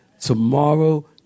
Tomorrow